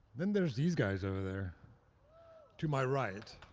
then there's these guys over there to my right.